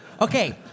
Okay